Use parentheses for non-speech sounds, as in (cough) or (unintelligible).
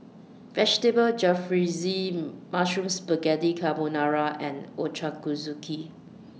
Vegetable Jalfrezi Mushroom Spaghetti Carbonara and (unintelligible)